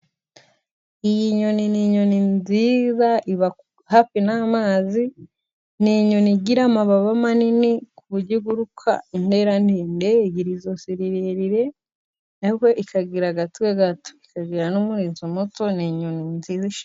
Iyi nyoni n'inyoni nziza iba hafi n'amazi, n'inyoni igira amababa manini ku buryo iguruka intera ndende. Igira izosi rirerire ariko ikagira agatwe gato, ikagira n'umurinzo muto, n'inyoni nziza ishimishije.